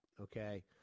Okay